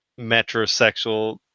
metrosexual